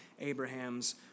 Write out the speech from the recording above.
Abraham's